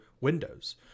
Windows